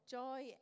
joy